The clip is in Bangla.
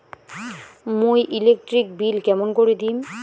মুই ইলেকট্রিক বিল কেমন করি দিম?